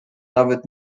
nawet